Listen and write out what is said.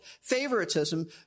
favoritism